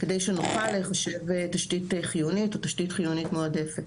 כדי שנוכל להיחשב תשתית חיונית או תשתית חיונית מועדפת.